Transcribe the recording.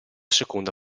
seconda